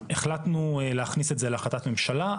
החלטנו להכניס את זה להחלטת ממשלה.